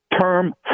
term